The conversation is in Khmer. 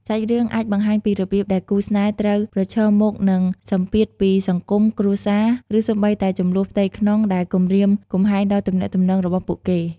សាច់រឿងអាចបង្ហាញពីរបៀបដែលគូស្នេហ៍ត្រូវប្រឈមមុខនឹងសម្ពាធពីសង្គម គ្រួសារ ឬសូម្បីតែជម្លោះផ្ទៃក្នុងដែលគំរាមកំហែងដល់ទំនាក់ទំនងរបស់ពួកគេ។